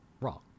wrong